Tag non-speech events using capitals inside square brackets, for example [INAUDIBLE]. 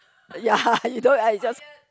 ya [LAUGHS] you don't I just